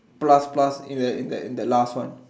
plus plus in the in the in the last one